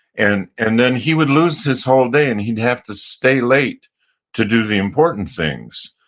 and and then he would lose his whole day, and he'd have to stay late to do the important things,